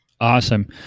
awesome